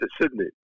Sydney